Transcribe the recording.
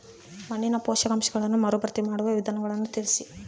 ಮಣ್ಣಿನ ಪೋಷಕಾಂಶಗಳನ್ನು ಮರುಭರ್ತಿ ಮಾಡುವ ವಿಧಾನಗಳನ್ನು ತಿಳಿಸಿ?